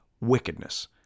wickedness